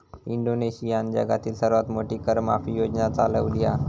इंडोनेशियानं जगातली सर्वात मोठी कर माफी योजना चालवली हा